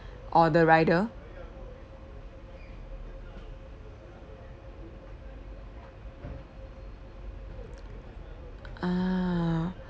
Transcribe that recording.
or the rider